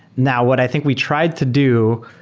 now, what i think we tried to do